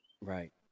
Right